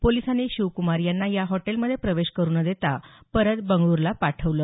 पोलिसांनी शिवकुमार यांना ह्या हॉटेलमध्ये प्रवेश करू न देता त्यांना परत बंगळूरला पाठवलं